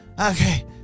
Okay